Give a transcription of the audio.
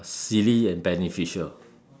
silly and beneficial